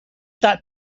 that